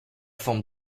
forme